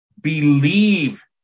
Believe